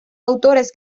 autores